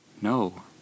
No